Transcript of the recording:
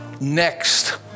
next